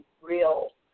real